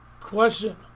Question